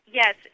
yes